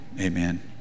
amen